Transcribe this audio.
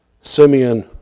Simeon